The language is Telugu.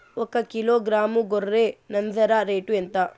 ఒకకిలో గ్రాము గొర్రె నంజర రేటు ఎంత?